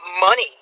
money